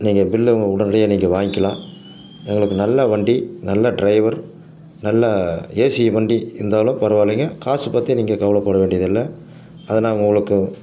நீங்கள் பில்லை உடனடியாக நீங்கள் வாங்கிக்கலாம் எங்களுக்கு நல்ல வண்டி நல்ல டிரைவர் நல்ல ஏசி வண்டி இருந்தாலும் பரவாயில்லைங்க காசு பற்றி நீங்கள் கவலைப்படவேண்டியதில்லை அதை நாங்கள் உங்களுக்கு